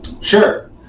Sure